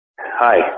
Hi